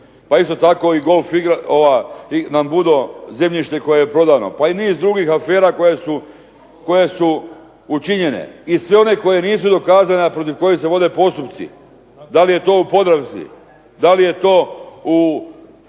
Pa isto tako i golf, nanbudo zemljište koje je prodano pa i niz drugih afera koje su učinjene i sve one koje nisu dokazane, a protiv koje se vode postupci. Da li je to u Podravci, da li je to u